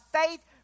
faith